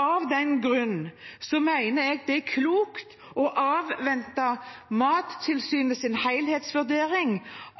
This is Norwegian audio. Av den grunn mener jeg det er klokt å avvente Mattilsynets helhetsvurdering